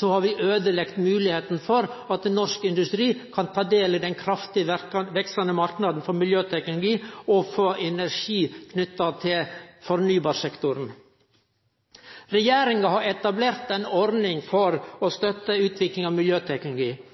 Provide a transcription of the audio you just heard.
har vi øydelagt moglegheita for at norsk industri kan ta del i den kraftig veksande marknaden for miljøteknologi og for energi knytt til fornybarsektoren. Regjeringa har etablert ei ordning for å støtte utvikling av